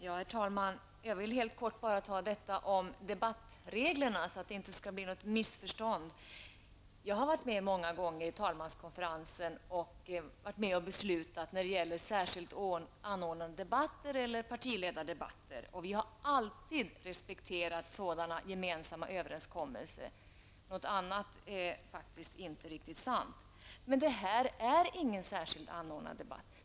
Herr talman! Jag vill bara helt kort ta upp frågan om debattreglerna, så att det inte kvarstår några missförstånd. Jag har många gånger i talmanskonferensen deltagit i beslut om särskilt anordnade debatter och partiledardebatter. Vi har alltid respekterat de överenskommelser som då har träffats. Någonting annat är faktiskt inte sant. Men detta är ingen särskilt anordnad debatt.